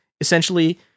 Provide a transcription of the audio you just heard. essentially